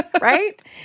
Right